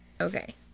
okay